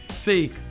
See